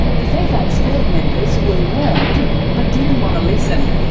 the fairfax board members were warned, but didn't want to listen.